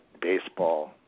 Baseball